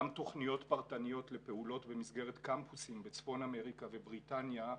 גם תוכניות פרטניות לפעולות במסגרת קמפוסים בצפון אמריקה ובריטניה,